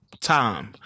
time